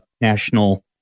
national